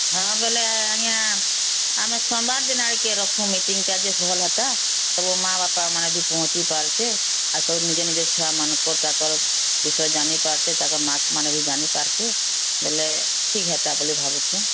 ହଁ ବୋଲେ ଆଣିବା ଆମେ ସୋମବାର ଦିନ ଆଣିକି ରଖ ମିଟିଂଟା ଯେ ଭଲ ହେତା ସବୁ ମା ବାପ ମାନେ ବି ପହଞ୍ଚି ପାରତେ ନିଜ ନିଜ ଛୁଆ ମାନଙ୍କର ତାଙ୍କର ବିଷୟ ଜାଣିପାରତେ ତାଙ୍କ ମ୍ୟାଥମାନ୍ ବି ଜାଣିପାରତେ ବୋଲେ ଠିକ ହେନ୍ତା ବୋଲେ ଭାବୁଚେ